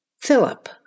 Philip